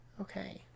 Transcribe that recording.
okay